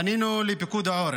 פנינו לפיקוד העורף,